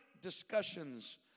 discussions